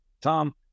Tom